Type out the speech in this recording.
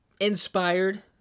inspired